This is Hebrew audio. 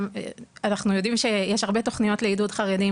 אנחנו יודעים שיש הרבה תכניות לעידוד חרדים